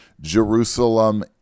Jerusalem